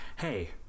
Hey